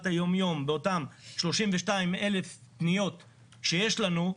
היום-יום באותן 32,000 פניות שיש לנו,